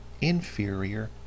inferior